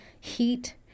heat